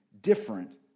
different